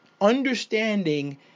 understanding